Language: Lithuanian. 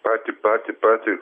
patį patį patį